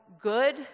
good